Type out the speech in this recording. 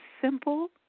simple